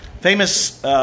Famous